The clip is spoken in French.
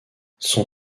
sont